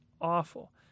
awful